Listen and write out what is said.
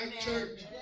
church